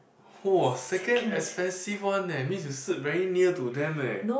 [wah] second expensive one eh means you sit very near to them eh